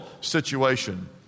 situation